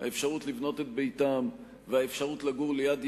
האפשרות לבנות את ביתם והאפשרות לגור ליד ילדיהם,